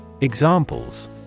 Examples